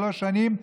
שלוש שנים.